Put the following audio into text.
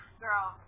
girl